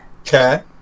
Okay